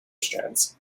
strands